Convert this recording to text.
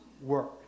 work